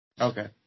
Okay